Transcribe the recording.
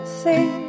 see